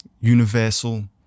universal